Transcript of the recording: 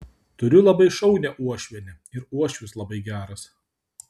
turiu labai šaunią uošvienę ir uošvis labai geras